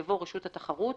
יבוא "רשות התחרות".